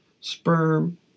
sperm